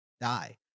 die